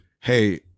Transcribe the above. hey